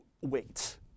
wait